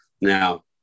Now